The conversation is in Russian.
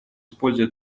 используя